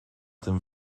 tym